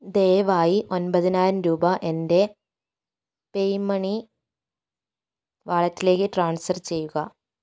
ദയവായി ഒമ്പതിനായിരം രൂപ എൻ്റെ പേയുമണി വാലറ്റിലേക്ക് ട്രാൻസ്ഫർ ചെയ്യുക